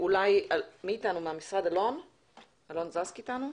אלון זקס איתנו?